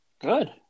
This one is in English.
Good